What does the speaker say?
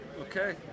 okay